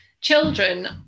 children